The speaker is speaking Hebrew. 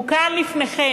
הוא כאן לפניכם.